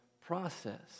process